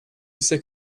ise